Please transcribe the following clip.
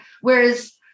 Whereas